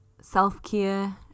self-care